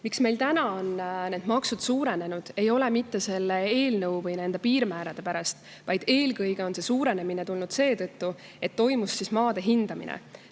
meil täna on need maksud suurenenud? See ei ole mitte selle eelnõu või nende piirmäärade pärast, vaid eelkõige on see suurenemine tulnud seetõttu, et toimus maade hindamine.